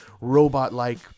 robot-like